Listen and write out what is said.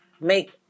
make